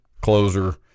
closer